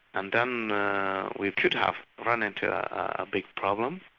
and then we could have run into a big problem,